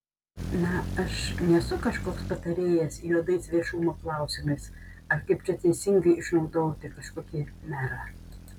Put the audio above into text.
na aš nesu kažkoks patarėjas juodais viešumo klausimais ar kaip čia teisingai išnaudoti kažkokį merą